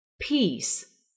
Peace